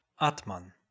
Atman